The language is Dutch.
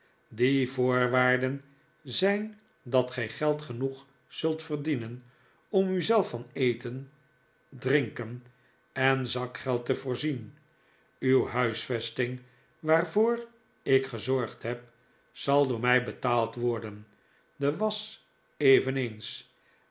die voorwaarden zijn dat gij geld genoeg zult verdienen om u zelf van eten drinken en zakgeld te voorzien uw huisvesting waarvoot ik gezorgd heb zal door mij betaald worden de wasch eveneens